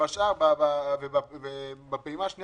בפעימה הראשונה